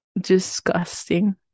Disgusting